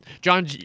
John